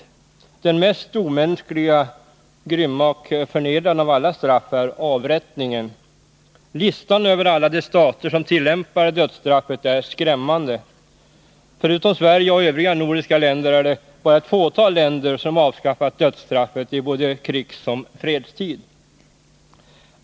Det mest omänskliga, grymma och förnedrande av alla straff är avrättningen. Listan över alla de stater som tillämpar dödsstraffet är skrämmande. Förutom Sverige och övriga nordiska länder är det bara ett fåtal länder som avskaffat dödsstraffet i både krigsoch fredstid.